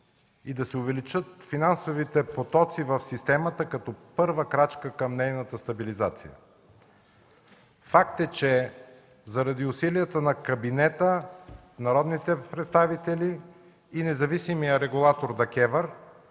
и да се увеличат финансовите потоци в системата като първа крачка към нейната стабилизация. Факт е, че заради усилията на кабинета, народните представители и независимият регулатор ДКЕВР,